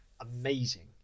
amazing